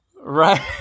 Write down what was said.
right